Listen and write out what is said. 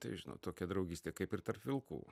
tai žino tokia draugystė kaip ir tarp vilkų